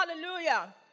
Hallelujah